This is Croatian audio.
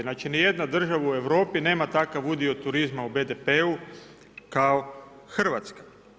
Znači nijedna država u Europi nema takav udio turizma u BDP-u kao Hrvatska.